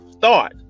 thought